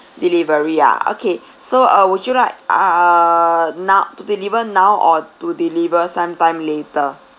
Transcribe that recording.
delivery ah okay so uh would you like uh no~ to deliver now or to deliver sometime later